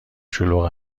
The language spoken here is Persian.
شلوغ